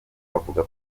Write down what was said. avuga